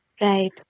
right